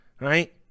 Right